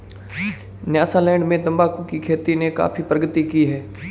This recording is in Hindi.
न्यासालैंड में तंबाकू की खेती ने काफी प्रगति की है